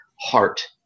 heart